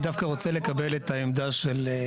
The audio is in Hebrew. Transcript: אני דווקא רוצה לקבל את העמדה של חיים.